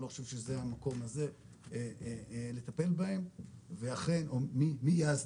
אני לא חושב שזה המקום הזה לטפל בהם ומי יאסדר